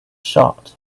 shut